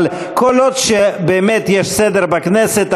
אבל כל עוד באמת יש סדר בכנסת,